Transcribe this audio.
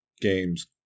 games